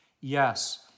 Yes